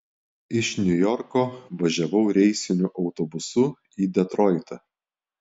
iš niujorko važiavau reisiniu autobusu į detroitą